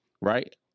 right